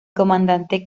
comandante